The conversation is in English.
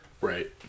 right